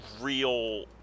real